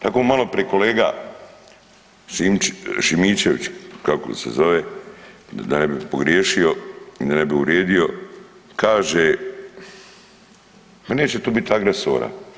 Kako je malo prije kolega Šimičević kako se zove da ne bih pogriješio, da ne bih uvrijedio kaže ma neće tu bit agresora.